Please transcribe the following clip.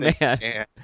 man